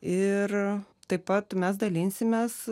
ir taip pat mes dalinsimės